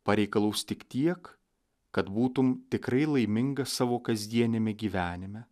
pareikalaus tik tiek kad būtum tikrai laimingas savo kasdieniame gyvenime